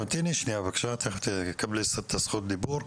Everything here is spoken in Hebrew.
מיד תקבלי את זכות הדיבור.